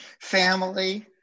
family